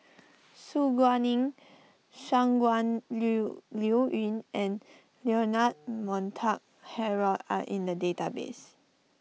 Su Guaning Shangguan Liuliuyun and Leonard Montague Harrod are in the database